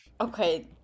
Okay